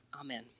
Amen